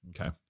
okay